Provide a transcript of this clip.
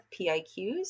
PIQs